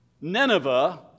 Nineveh